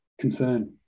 concern